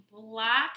black